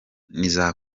n’iza